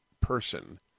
person